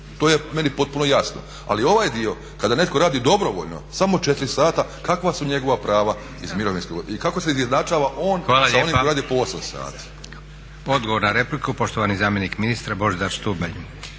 to je meni potpuno jasno. Ali ovaj dio kada netko radi dobrovoljno samo 4 sata, kakva su njegova prava iz mirovinskog, i kako se izjednačava on sa onim koji rade po 8 sati?